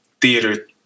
theater